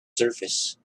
surface